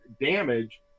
damage